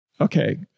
Okay